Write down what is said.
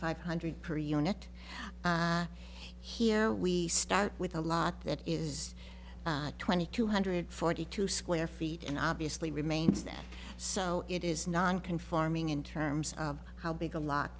five hundred per unit here we start with a lot that is twenty two hundred forty two square feet and obviously remains that so it is non conforming in terms of how big a lot